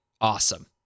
awesome